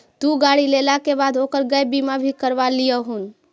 तु गाड़ी लेला के बाद ओकर गैप बीमा भी करवा लियहून